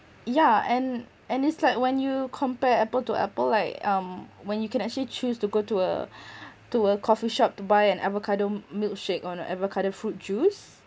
yeah and and it's like when you compare apple to apple like um when you can actually choose to go to a to a coffee shop to buy an avocado milkshake or an avocado fruit juice